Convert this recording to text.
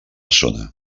zona